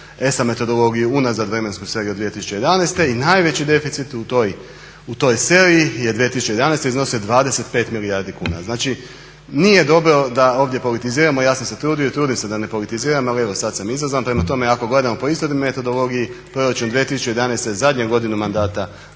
ESA metodologiju unazad vremenski svega 2011.i najveći deficit u toj seriji je 2011.iznosio 25 milijardi kuna. Znači nije dobro da ovdje politiziramo, ja sam se trudio i trudim se da ne politiziram, ali evo sada sam izazvan prema tome ako gledamo po istoj metodologiji proračun 2011.je zadnja godina mandata